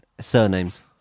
Surnames